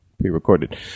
pre-recorded